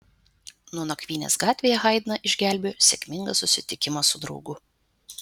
nuo nakvynės gatvėje haidną išgelbėjo sėkmingas susitikimas su draugu